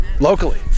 locally